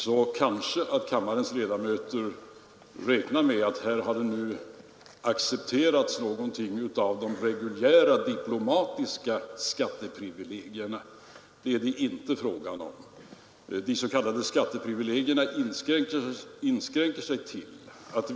Kammarens ledamöter kanske drar den slutsatsen att man i detta sammanhang har accepterat något motsvarande de reguljära diplomatiska skatteprivilegierna. Det är det inte fråga om. De s.k. skatteprivilegierna inskränker sig till följande.